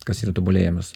kas yra tobulėjimas